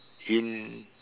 in